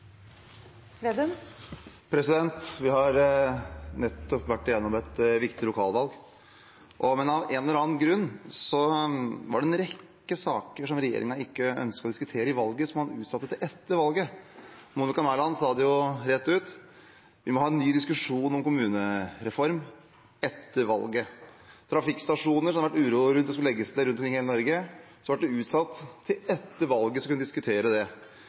Vi har nettopp vært gjennom et viktig lokalvalg. Av en eller annen grunn var det en rekke saker som regjeringen ikke ønsket å diskutere i valget, som man utsatte til etter valget. Statsråd Monica Mæland sa det jo rett ut: Vi må ha en ny diskusjon om kommunereform – etter valget. Rundt omkring i Norge har det vært uro for at man skal legge ned trafikkstasjoner. Det ble utsatt til etter valget å diskutere dette. Diskusjonen om eksportkabelen for strøm, NorthConnect, ble utsatt til etter valget. Det